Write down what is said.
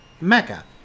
Mecca